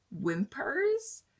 whimpers